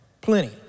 plenty